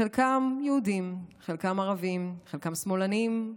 חלקם יהודים, חלקם ערבים, חלקם שמאלנים,